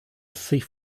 thief